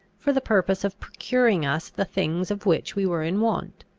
for the purpose of procuring us the things of which we were in want.